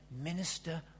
Minister